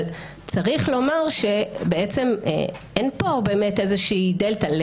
אבל צריך לומר שאין פה באמת איזושהי דלתא.